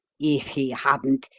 if he hadn't,